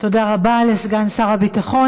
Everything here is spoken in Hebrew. תודה רבה לסגן שר הביטחון.